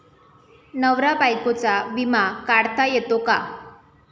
नवरा बायकोचा विमा काढता येतो का?